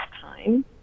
time